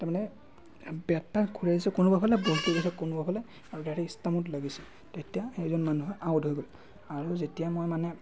তাৰমানে বেটটা ঘূৰাইছে কোনোবা ফালে বলটো গৈছে কোনোবা ফালে আৰু ডাইৰেক্ট ষ্টাম্পত লাগিছে তেতিয়া সেইজন মানুহো আউট হৈ গ'ল আৰু যেতিয়া মই মানে